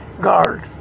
guard